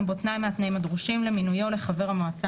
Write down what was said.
בו תנאי מהתנאים הדרושים למינויו לחבר המועצה